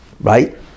Right